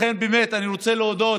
לכן אני רוצה להודות